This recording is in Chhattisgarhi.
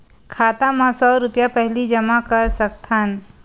खाता मा सौ रुपिया पहिली जमा कर सकथन?